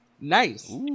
Nice